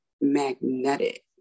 magnetic